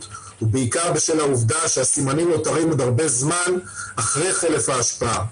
ובעיקר בשל העובדה שהסימנים נשארים עוד הרבה זמן אחרי חלף ההשפעה.